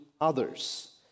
others